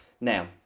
now